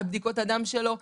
על בדיקות הדם שלו,